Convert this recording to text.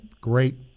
great